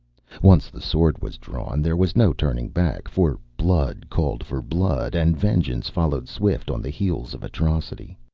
once the sword was drawn there was no turning back for blood called for blood, and vengeance followed swift on the heels of atrocity.